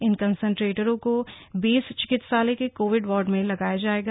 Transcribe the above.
इन कंसेन्ट्रेटरों को बेस चिकित्सालय के कोविड वार्ड में लगाया जायेगा